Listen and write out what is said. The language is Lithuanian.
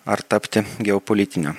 ar tapti geopolitine